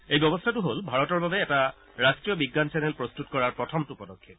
এই ব্যৱস্থাটো হ'ল ভাৰতৰ বাবে এটা ৰাষ্টীয় বিজ্ঞান চেনেল প্ৰস্তুত কৰাৰ প্ৰথমটো পদক্ষেপ